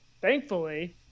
Thankfully